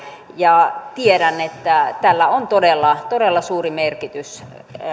ja tiedän että tällä on todella todella suuri merkitys